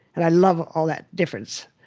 and i love all that difference.